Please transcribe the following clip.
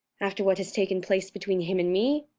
after what has taken place between him and me.